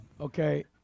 Okay